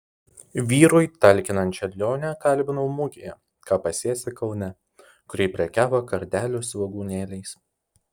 vyrui talkinančią lionę kalbinau mugėje ką pasėsi kaune kur ji prekiavo kardelių svogūnėliais